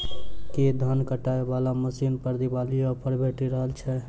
की धान काटय वला मशीन पर दिवाली ऑफर भेटि रहल छै?